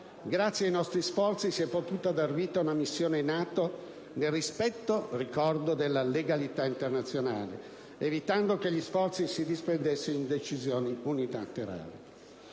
Grazie ai nostri sforzi si è potuto dar vita ad una missione NATO, nel rispetto della legalità internazionale, evitando che gli sforzi si disperdessero in decisioni unilaterali.